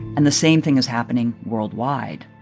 and the same thing is happening worldwide